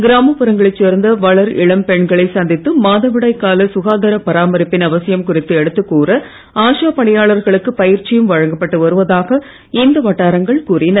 கிராமப்புறங்களை சேர்ந்த வளர்இளம் பெண்களை சந்தித்து மாதவிடாய் கால சுகாதார பராமரிப்பின் அவசியம் குறித்து எடுத்து கூற ஆஷா பணியாளர்களுக்கு பயிற்சியும் வழங்கப்பட்டு வருவதாக இந்த வட்டாரங்கள் கூறின